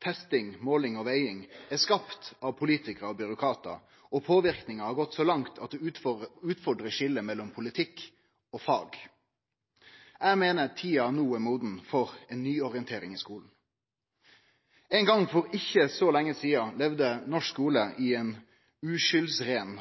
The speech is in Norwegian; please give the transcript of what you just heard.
testing, måling og veging – er skapt av politikarar og byråkratar, og påverknaden har gått så langt at det utfordrar skiljet mellom politikk og fag. Eg meiner tida no er moden for ei nyorientering i skulen. Ein gong for ikkje så veldig lenge sidan levde norsk skule i ein uskyldsrein